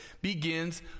begins